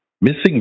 missing